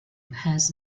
has